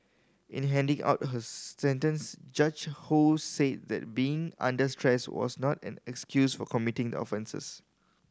in handing out her sentence Judge Ho said that being under stress was not an excuse for committing the offences